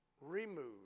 remove